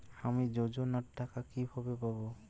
আমি যোজনার টাকা কিভাবে পাবো?